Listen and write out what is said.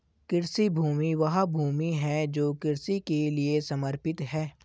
कृषि भूमि वह भूमि है जो कृषि के लिए समर्पित है